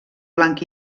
blanc